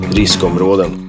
riskområden